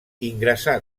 ingressà